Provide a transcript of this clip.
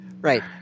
Right